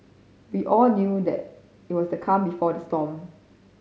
we all knew that it was the calm before the storm